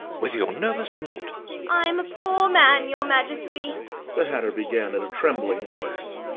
whether you're nervous or not i'm a poor man, your majesty the hatter began, in a trembling voice,